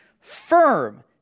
firm